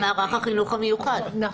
לא.